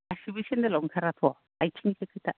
गासैबो सेनदेल आव ओंखाराथ' आथिंनिसो खोथा